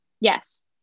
Yes